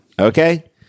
Okay